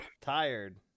Tired